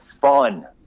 fun